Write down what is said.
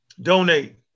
Donate